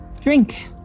drink